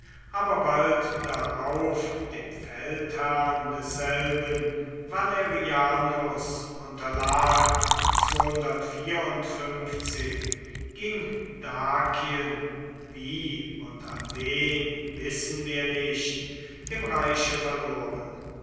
aber bald darauf dem feldherrn desselben valerianus unterlag ging dakien wie und an wen wissen wir nicht dem reiche verloren